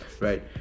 right